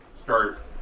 start